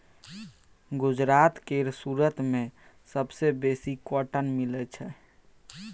गुजरात केर सुरत मे सबसँ बेसी कॉटन मिल छै